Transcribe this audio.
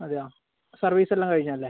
അതെയാ സർവീസ് എല്ലാം കഴിഞ്ഞതല്ലേ